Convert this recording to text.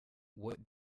what